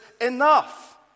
enough